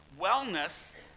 wellness